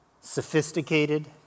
sophisticated